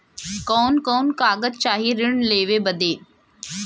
कवन कवन कागज चाही ऋण लेवे बदे?